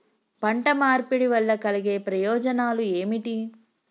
పంట మార్పిడి వల్ల కలిగే ప్రయోజనాలు ఏమిటి?